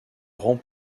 grands